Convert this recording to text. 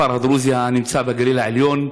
הכפר הדרוזי הנמצא בגליל העליון.